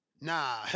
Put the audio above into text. Nah